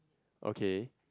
okay